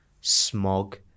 smog